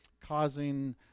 causing